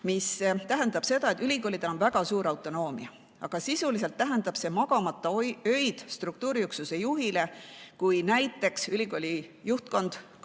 aastat dekaan. Ülikoolidel on väga suur autonoomia. Aga sisuliselt tähendab see magamata öid struktuuriüksuse juhile, kui näiteks ülikooli juhtkond,